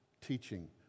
teaching